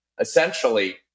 essentially